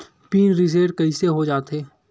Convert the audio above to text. Pin reset कइसे हो जाथे?